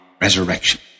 resurrection